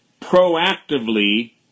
proactively